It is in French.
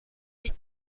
est